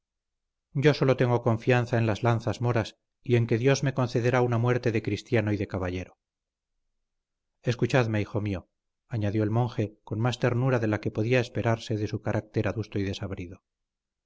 yo sólo tengo confianza en las lanzas moras y en que dios me concederá una muerte de cristiano y de caballero escuchadme hijo mío añadió el monje con más ternura de la que podía esperarse en su carácter adusto y desabrido